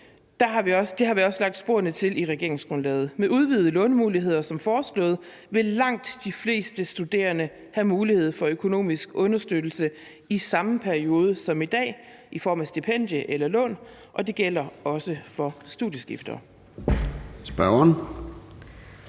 Det har vi også lagt sporene til i regeringsgrundlaget. Med udvidede lånemuligheder som foreslået vil langt de fleste studerende have mulighed for økonomisk understøttelse i samme periode som i dag i form af stipendium eller lån, og det gælder også for studieskiftere.